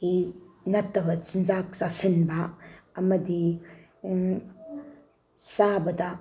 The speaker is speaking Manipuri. ꯅꯠꯇꯕ ꯆꯤꯟꯖꯥꯛ ꯆꯥꯁꯤꯟꯕ ꯑꯃꯗꯤ ꯆꯥꯕꯗ